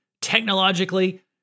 technologically